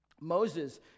Moses